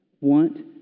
want